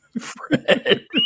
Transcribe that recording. Fred